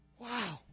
Wow